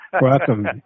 Welcome